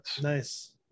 Nice